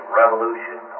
revolution